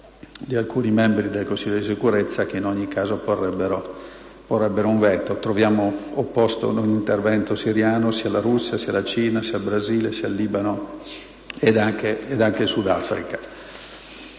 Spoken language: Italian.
di alcuni membri del Consiglio di Sicurezza che in ogni caso porrebbero un veto: troviamo opposti ad un intervento in Siria la Russia, la Cina, il Brasile, il Libano ed anche il Sudafrica.